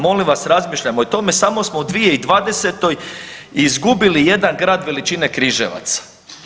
Molim vas razmišljajmo i o tome, samo smo u 2020. izgubili jedan grad veličine Križevaca.